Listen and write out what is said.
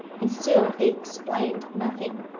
and still he explained nothing.